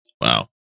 wow